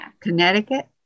connecticut